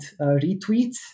retweets